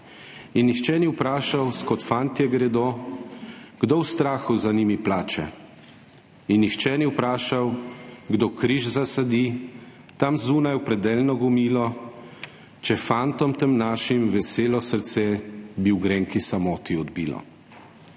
In nihče ni vprašal, s kod fantje gredo, kdo v strahu za njimi plače. In nihče ni vprašal, kdo križ zasadi tam zunaj v predaljno gomilo, če fantom tem našim veselo srce bi v grenki samoti odbilo.